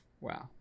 Wow